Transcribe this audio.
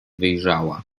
wyjrzała